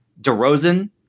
DeRozan